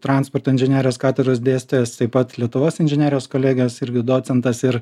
transporto inžinerijos katedros dėstytojas taip pat lietuvos inžinerijos kolegijos irgi docentas ir